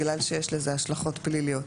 כי יש לזה השלכות פליליות.